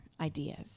ideas